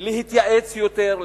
להתייעץ יותר,